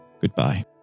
goodbye